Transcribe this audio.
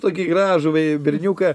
tokį gražų berniuką